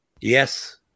Yes